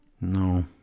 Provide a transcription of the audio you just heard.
No